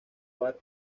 bar